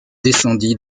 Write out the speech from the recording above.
descendit